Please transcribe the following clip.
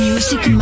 Music